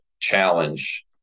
challenge